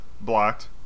blocked